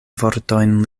vortojn